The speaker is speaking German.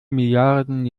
milliarden